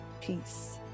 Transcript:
peace